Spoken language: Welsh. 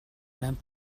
mewn